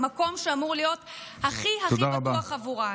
במקום שאמור להיות הכי הכי בטוח עבורן.